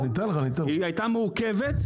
היא הייתה מעוכבת,